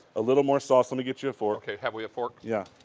ah little more sauce, and get you a fork. have we a fork. yeah.